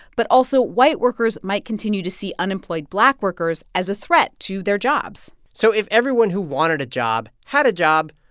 but also white workers might continue to see unemployed black workers as a threat to their jobs so if everyone who wanted a job had a job,